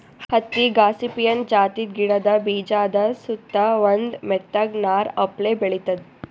ಹತ್ತಿ ಗಾಸಿಪಿಯನ್ ಜಾತಿದ್ ಗಿಡದ ಬೀಜಾದ ಸುತ್ತಾ ಒಂದ್ ಮೆತ್ತಗ್ ನಾರ್ ಅಪ್ಲೆ ಬೆಳಿತದ್